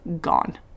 gone